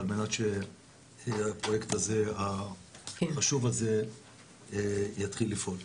על מנת שהפרויקט החשוב הזה יתחיל לפעול,